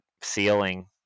ceiling